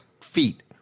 feet